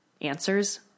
answers